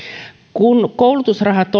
kun koulutusrahat